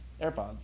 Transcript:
airpods